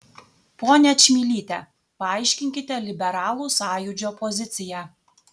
ponia čmilyte paaiškinkite liberalų sąjūdžio poziciją